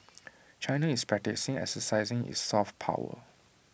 China is practising exercising its soft power